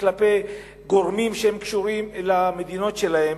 כלפי גורמים שהם קשורים למדינות שלהם,